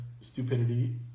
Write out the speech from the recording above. stupidity